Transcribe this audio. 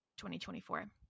2024